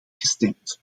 gestemd